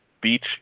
Beach